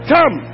Come